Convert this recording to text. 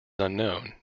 unknown